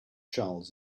charles